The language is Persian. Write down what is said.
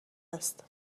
است